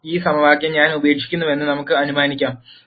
ഈ സമവാക്യം ഞാൻ ഉപേക്ഷിക്കുന്നുവെന്ന് നമുക്ക് അനുമാനിക്കാം